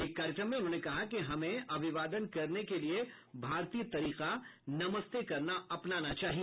एक कार्यक्रम में उन्होंने कहा कि हमें अभिवादन करने के लिए भारतीय तरीका नमस्ते करना अपनाना चाहिए